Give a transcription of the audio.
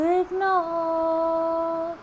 ignore